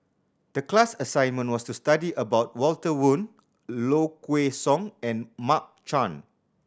the class assignment was to study about Walter Woon Low Kway Song and Mark Chan